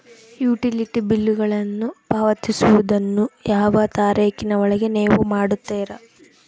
Utility ಬಿಲ್ಲುಗಳನ್ನು ಪಾವತಿಸುವದನ್ನು ಯಾವ ತಾರೇಖಿನ ಒಳಗೆ ನೇವು ಮಾಡುತ್ತೇರಾ?